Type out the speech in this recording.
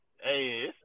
Hey